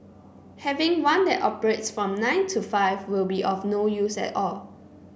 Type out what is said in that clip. having one that operates from nine to five will be of no use at all